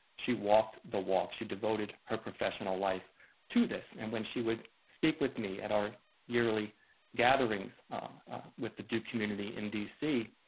she walked the walk. she devoted her professional life to this. and when she would speak with me at our yearly gatherings with the duke community in dc,